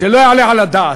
שלא יעלה על הדעת,